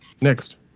Next